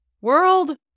world